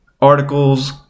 articles